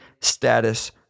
status